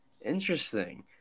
Interesting